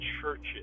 churches